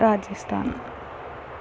Rajasthan